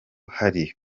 hari